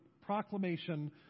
proclamation